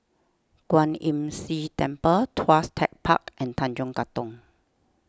Kwan Imm See Temple Tuas Tech Park and Tanjong Katong